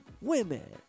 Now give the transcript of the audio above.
Women